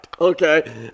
okay